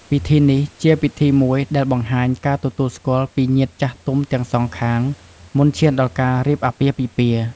ពិធីនេះជា ពិធីមួយដែលបង្ហាញការទទួលស្គាល់ពីញាតិចាស់ទុំទាំងសងខាងមុនឈានដល់ការរៀបអាពាហ៍ពិពាហ៍។